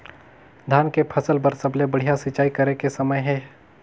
धान के फसल बार सबले बढ़िया सिंचाई करे के समय हे?